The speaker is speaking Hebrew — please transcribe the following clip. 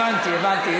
הבנתי,